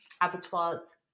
abattoirs